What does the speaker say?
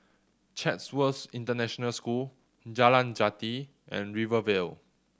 Chatsworth International School Jalan Jati and Rivervale